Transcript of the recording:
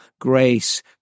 grace